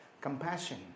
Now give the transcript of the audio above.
compassion